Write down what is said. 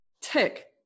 Tick